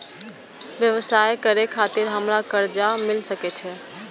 व्यवसाय करे खातिर हमरा कर्जा मिल सके छे?